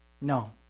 No